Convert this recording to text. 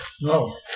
No